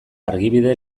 argibide